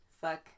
Fuck